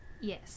Yes